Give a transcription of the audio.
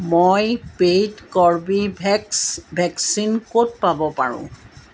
মই paid Corbevax vaccine ক'ত পাব পাৰোঁ